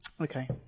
Okay